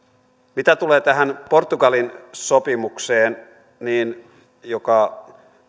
mitä tulee tähän portugalin sopimukseen joka